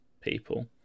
people